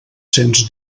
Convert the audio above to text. sens